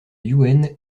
youenn